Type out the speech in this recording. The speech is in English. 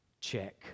check